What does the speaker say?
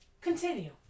continue